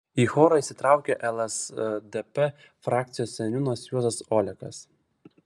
į chorą įsitraukė lsdp frakcijos seniūnas juozas olekas